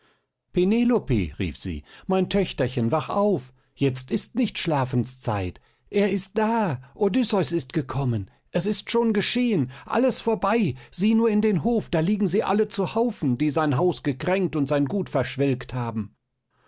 rief sie mein töchterchen wach auf jetzt ist nicht schlafens zeit er ist da odysseus ist gekommen es ist schon geschehen alles vorbei siehe nur in den hof da liegen sie alle zu haufen die sein haus gekränkt und sein gut verschwelgt haben